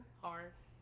hearts